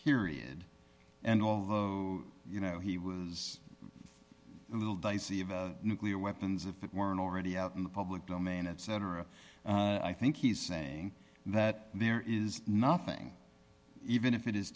period and although you know he was a little dicey of nuclear weapons if it weren't already out in the public domain etc i think he's saying that there is nothing even if it is